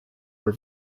were